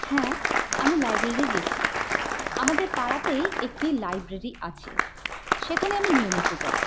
হ্যাঁ আমি লাইব্রেরি গিয়েছি আমাদের পাড়াতেই একটি লাইব্রেরি আছে সেখানে আমি নিয়মিত যাই